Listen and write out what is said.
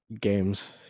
games